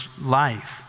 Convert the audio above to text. life